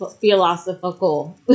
Philosophical